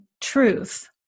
truth